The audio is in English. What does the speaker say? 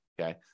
Okay